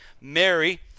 Mary